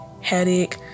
headache